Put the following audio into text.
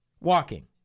Walking